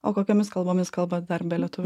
o kokiomis kalbomis kalbat dar be lietuvių